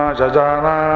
jajana